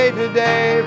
today